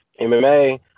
MMA